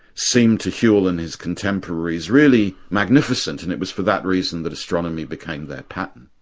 seemed to whewell and his contemporaries really magnificent, and it was for that reason that astronomy became their pattern.